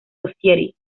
society